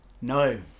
No